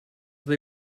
they